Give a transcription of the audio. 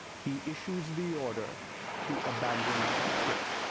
he issues the order to abandon ship.